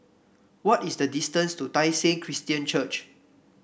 what is the distance to Tai Seng Christian Church